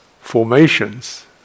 formations